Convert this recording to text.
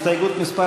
הסתייגות מס'